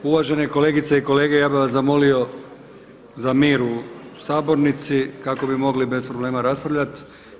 Uvažene kolegice i kolege, ja bih vas zamolio za mir u sabornici kako bi mogli bez problema raspravljati.